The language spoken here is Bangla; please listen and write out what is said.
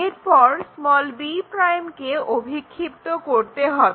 এরপর b' কে অভিক্ষিপ্ত করতে হবে